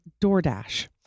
DoorDash